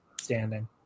standing